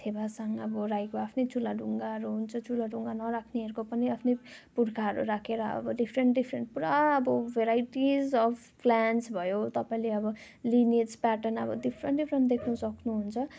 खेपासाङ अब राईको अब आफ्नो चुला ढुङ्गाहरू हुन्छ चुला ढुङ्गा नराख्नेहरूको पनि आफ्नो पुर्खाहरू राखेर अब डिफ्रेन्ट डिफ्रेन्ट पुरा अब भेराइटिस अब् प्लान्ट्स भयो तपाईँले अब लाइनेज प्याटर्न अब डिफ्रेन्ट डिफ्रेन्ट देख्नु सक्नु हुन्छ